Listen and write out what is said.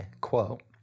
quote